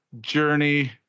journey